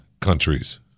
countries